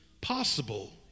possible